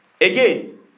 Again